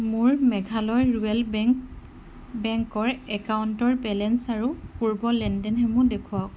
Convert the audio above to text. মোৰ Meghalaya rural bank বেংকৰ একাউণ্টৰ বেলেঞ্চ আৰু পূৰ্বৰ লেনদেনসমূহ দেখুৱাওক